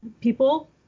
people